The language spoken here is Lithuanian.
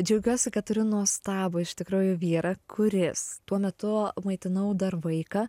džiaugiuosi kad turiu nuostabų iš tikrųjų vyrą kuris tuo metu maitinau dar vaiką